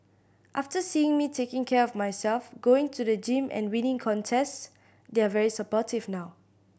after seeing me taking care of myself going to the gym and winning contests they're very supportive now